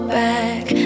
back